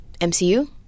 MCU